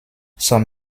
some